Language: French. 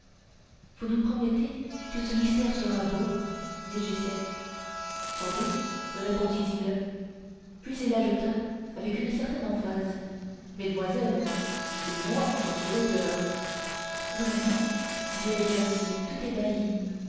vous nous promettez que ce mystère sera beau dit gisquette sans doute répondit-il puis il ajouta avec une certaine emphase mesdamoiselles c'est moi qui en suis l'auteur vraiment dirent les jeunes filles tout ébahies